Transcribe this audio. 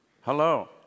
Hello